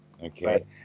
Okay